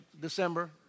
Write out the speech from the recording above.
December